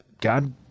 God